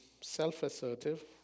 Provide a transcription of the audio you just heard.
self-assertive